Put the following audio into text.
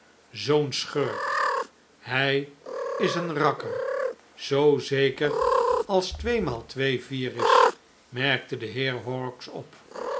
zoo'n schurk hij is een rakker zoo zeker als tweemaal twee vier is merkte de heer horrocks op